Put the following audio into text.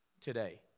today